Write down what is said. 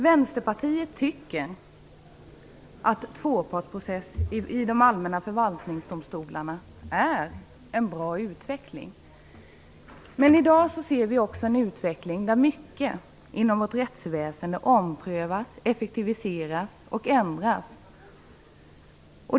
Vänsterpartiet tycker att tvåpartsprocess i de allmänna förvaltningsdomstolarna är en bra utveckling. Men i dag ser vi också en utveckling där mycket inom vårt rättsväsende omprövas, effektiviseras och ändras.